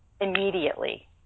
immediately